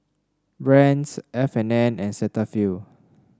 Brand's F and N and Cetaphil